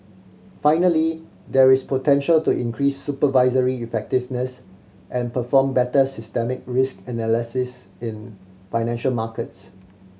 finally there is potential to increase supervisory effectiveness and perform better systemic risk analysis in financial markets